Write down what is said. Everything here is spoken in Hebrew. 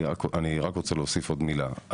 אני רק רוצה להוסיף עוד מילה,